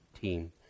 team